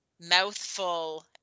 mouthful